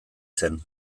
zen